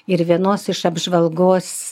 ir vienos iš apžvalgos